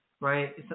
right